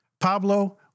Pablo